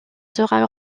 sera